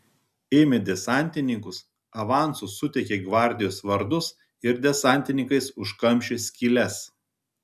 ėmė desantininkus avansu suteikė gvardijos vardus ir desantininkais užkamšė skyles